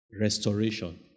Restoration